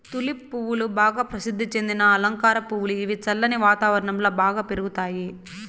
tulip పువ్వులు బాగా ప్రసిద్ది చెందిన అలంకార పువ్వులు, ఇవి చల్లని వాతావరణం లో బాగా పెరుగుతాయి